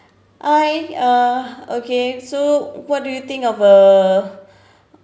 hi uh okay so what do you think of uh